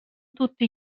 tutti